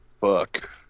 fuck